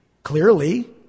Clearly